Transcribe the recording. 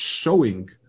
showing